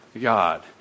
God